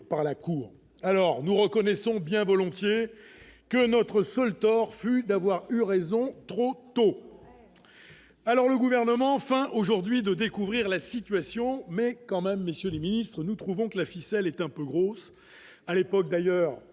par la cour, alors nous reconnaissons bien volontiers que notre seul tort fut d'avoir eu raison trop tôt, alors le gouvernement enfin aujourd'hui couvrir la situation mais quand même, messieurs les ministres, nous trouvons que la ficelle est un peu grosse à l'époque d'ailleurs